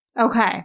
Okay